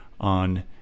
on